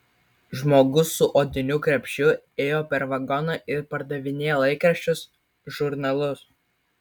žmogus su odiniu krepšiu ėjo per vagoną ir pardavinėjo laikraščius žurnalus